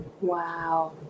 wow